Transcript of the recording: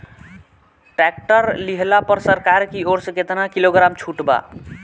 Tractor लिहला पर सरकार की ओर से केतना किलोग्राम छूट बा?